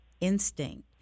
instinct